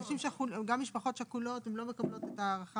גם משפחות שכולות לא מקבלות את ההארכה